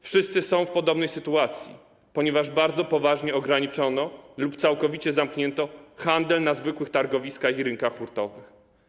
Wszyscy są w podobnej sytuacji, ponieważ bardzo poważnie ograniczono lub całkowicie zamknięto handel na zwykłych targowiskach i rynkach hurtowych.